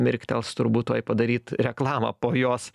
mirktels turbūt tuoj padaryt reklamą po jos